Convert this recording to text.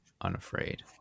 unafraid